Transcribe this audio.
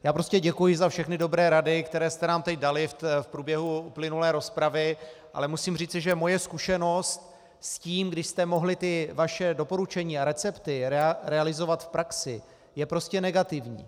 Já prostě děkuji za všechny dobré rady, které jste nám teď dali v průběhu uplynulé rozpravy, ale musím říci, že moje zkušenost s tím, když jste mohli ta vaše doporučení a recepty realizovat v praxi, je prostě negativní.